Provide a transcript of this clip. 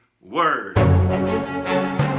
word